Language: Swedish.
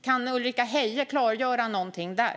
Kan Ulrika Heie klargöra någonting där?